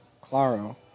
Claro